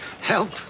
Help